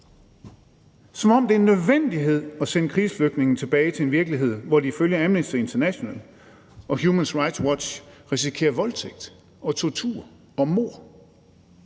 som om det er en nødvendighed at sende krigsflygtninge tilbage til den virkelighed, hvor de ifølge Amnesty International og Human Rights Watch risikerer voldtægt og tortur og at